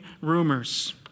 rumors